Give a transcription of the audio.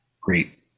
Great